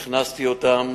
והכנסתי אותם.